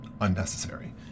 unnecessary